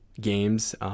games